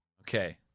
okay